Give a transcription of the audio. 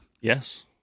Yes